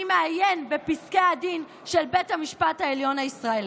אני מעיין בפסקי הדין של בית המשפט העליון הישראלי".